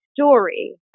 story